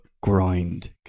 grind